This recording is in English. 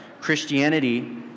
Christianity